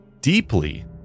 deeply